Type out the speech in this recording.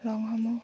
ৰংসমূহ